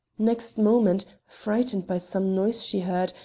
next moment, frightened by some noise she heard,